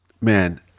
Man